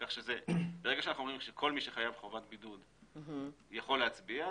כך שברגע שאנחנו אומרים שכל מי שחייב חובת בידוד יכול להצביע,